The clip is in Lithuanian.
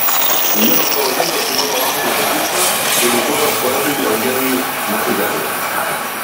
vienas pavadintas į mano langus sudūžta dedikuotas poetui eugenijui matuzevičiui